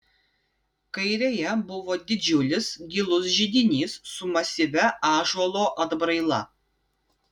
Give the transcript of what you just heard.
kairėje buvo didžiulis gilus židinys su masyvia ąžuolo atbraila